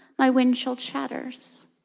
my windshield shatters.